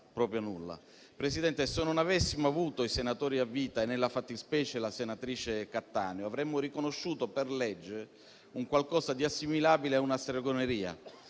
Presidente, se non avessimo avuto i senatori a vita e nella fattispecie la senatrice Cattaneo, avremmo riconosciuto per legge un qualcosa di assimilabile a una stregoneria.